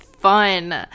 fun